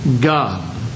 God